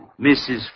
Mrs